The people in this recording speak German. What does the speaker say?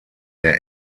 der